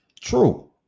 true